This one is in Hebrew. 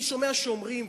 אני שומע שאומרים,